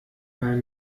weil